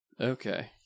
Okay